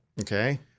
Okay